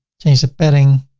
change the padding,